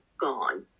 gone